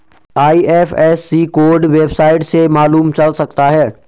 IFSC code website से मालूम चल सकता है